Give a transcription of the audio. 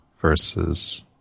Versus